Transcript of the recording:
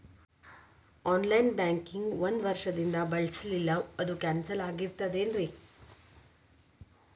On line banking ಒಂದ್ ವರ್ಷದಿಂದ ಬಳಸಿಲ್ಲ ಅದು ಕ್ಯಾನ್ಸಲ್ ಆಗಿರ್ತದೇನ್ರಿ?